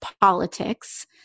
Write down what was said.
politics